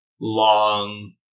long